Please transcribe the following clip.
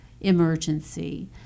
emergency